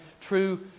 true